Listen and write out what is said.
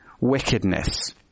wickedness